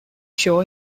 show